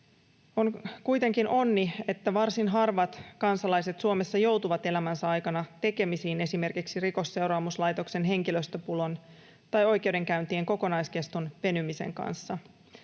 On kuitenkin onni, että varsin harvat kansalaiset Suomessa joutuvat elämänsä aikana tekemisiin esimerkiksi Rikosseuraamuslaitoksen henkilöstöpulan tai oikeudenkäyntien kokonaiskeston venymisen kanssa.